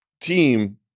team